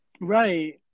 Right